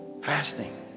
fasting